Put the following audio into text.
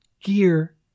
gear